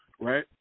right